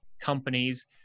companies